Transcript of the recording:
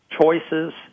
choices